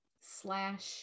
slash